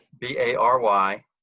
B-A-R-Y